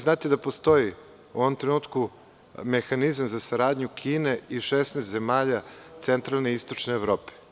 Znate da postoji u ovom trenutku mehanizam za saradnju Kine i 16 zemalja centralne i istočne Evrope.